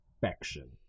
perfection